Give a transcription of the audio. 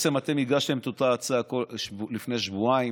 אתם הגשתם את אותה הצעה לפני שבועיים.